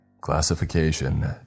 Classification